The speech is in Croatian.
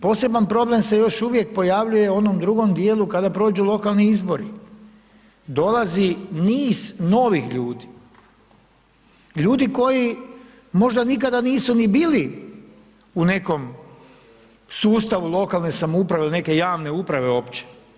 Poseban problem se još uvijek pojavljuje u onom drugom dijelu kada prođu lokalni izbori, dolazi niz novih ljudi, ljudi koji možda nikada nisu ni bili u nekom sustavu lokalne samouprave ili neke javne uprave uopće.